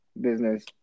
business